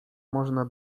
można